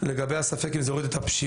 לגבי הספק האם זה יוריד את הפשיעה,